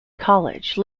college